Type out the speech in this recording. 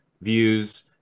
views